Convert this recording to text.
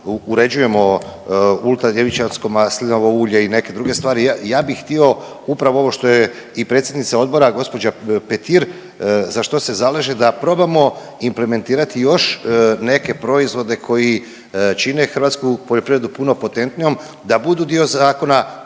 uređujemo ultra djevičansko maslinovo ulje i neke druge stvari. Ja bi htio upravo ovo što je i predsjednica odbora gđa. Petir, za što se zalaže, da probamo implementirati još neke proizvode koji čine hrvatsku poljoprivredu puno potentnijom, da budu dio zakona